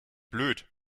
blöd